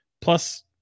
plus